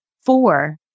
four